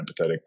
empathetic